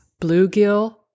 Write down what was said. bluegill